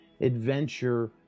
adventure